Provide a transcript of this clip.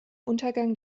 untergang